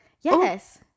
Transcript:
yes